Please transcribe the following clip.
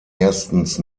erstens